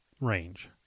range